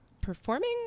performing